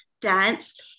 dance